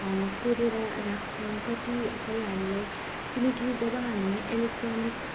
कोरेर राख्छौँ कतिपय हामीलाई किनकि जब हामी इलेक्ट्रोनिक